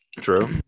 True